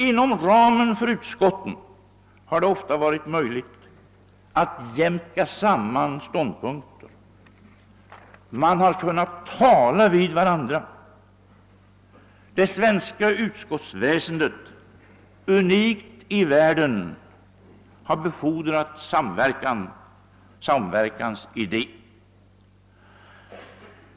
Inom ramen för utskotten har det ofta varit möjligt att jämka samman ståndpunkter — de olika partiernas representanter har kunnat tala med varandra. Det svenska utskottsväsendet — unikt i världen — har befordrat samverkans idé.